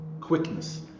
quickness